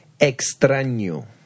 Extraño